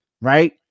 right